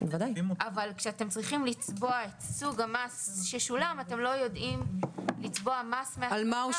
אבל כשאתם צריכים לצבוע את סוג המס ששולם אתם לא יודעים לצבוע על מה הוא